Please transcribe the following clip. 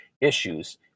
issues